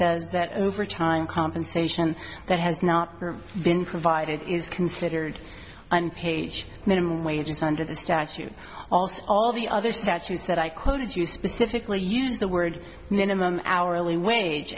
says that over time compensation that has not been provided is considered on page minimum wages under the statute also all the other statutes that i quoted you specifically use the word minimum hourly wage